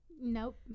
nope